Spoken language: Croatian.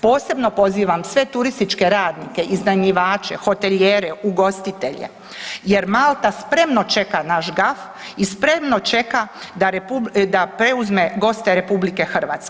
Posebno pozivam sve turističke radnike, iznajmljivače, hotelijere, ugostitelje jer Malta spremno čeka naš gaf i spremno čeka da preuzme goste RH.